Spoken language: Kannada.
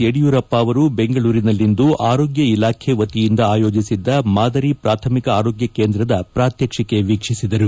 ಯಡಿಯೂರಪ್ಪ ಅವರು ಬೆಂಗಳೂರಿನಲ್ಲಿಂದು ಆರೋಗ್ಯ ಇಲಾಖೆಯ ವತಿಯಿಂದ ಆಯೋಜಿಸಿದ್ದ ಮಾದರಿ ಪ್ರಾಥಮಿಕ ಆರೋಗ್ಯ ಕೇಂದ್ರದ ಪ್ರಾತ್ಸಕ್ಕಿಕೆ ವೀಕ್ಷಿಸಿದರು